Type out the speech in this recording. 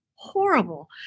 Horrible